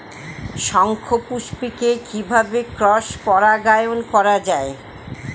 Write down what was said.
শঙ্খপুষ্পী কে কিভাবে ক্রস পরাগায়ন করা যায়?